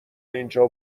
اینجا